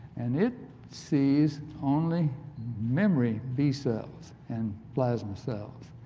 and it sees only memory b-cells in plasma cells,